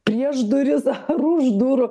prieš duris ar už durų